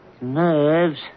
Nerves